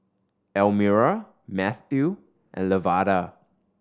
Elmira Matthew and Lavada